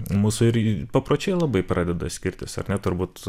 mūsų ir papročiai labai pradeda skirtis ar ne turbūt